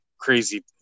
crazy